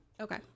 Okay